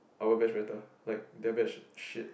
our batch better like their batch shit